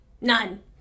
None